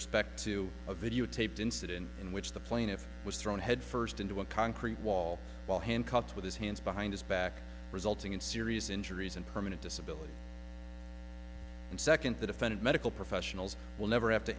respect to a videotaped incident in which the plaintiff was thrown headfirst into a concrete wall while handcuffed with his hands behind his back resulting in serious injuries and permanent disability and second the defendant medical professionals will never have to